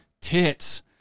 tits